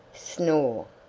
snore!